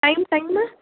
time time